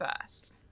first